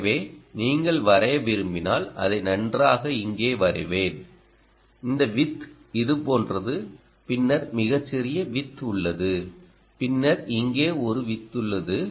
எனவே நீங்கள் வரைய விரும்பினால் அதை நன்றாக இங்கே வரைவேன் இந்த விட்த் இது போன்றது பின்னர் மிகச் சிறிய விட்த் உள்ளது பின்னர் இங்கே ஒரு விட்த் உள்ளது